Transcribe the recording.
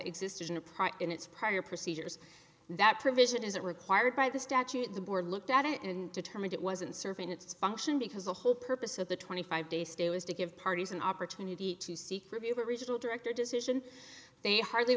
existed upright in its prior procedures that provision isn't required by the statute the board looked at it and determined it wasn't serving its function because the whole purpose of the twenty five days do is to give parties an opportunity to seek review or regional director decision they hardly